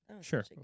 Sure